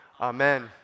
Amen